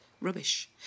Rubbish